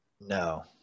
No